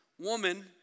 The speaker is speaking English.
woman